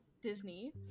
disney